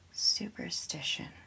superstition